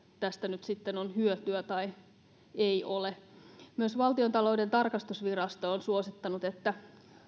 tästä nyt sitten on tai ei ole hyötyä myös valtiontalouden tarkastusvirasto on suosittanut että